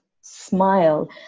smile